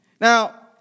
Now